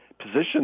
position